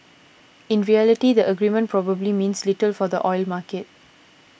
in reality the agreement probably means little for the oil market